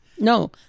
no